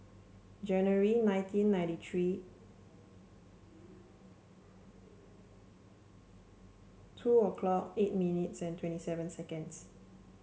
January nineteen ninety three two o'clock eight minutes and twenty seven seconds